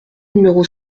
numéro